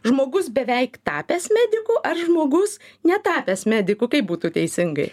žmogus beveik tapęs mediku ar žmogus netapęs mediku kaip būtų teisingai